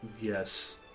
Yes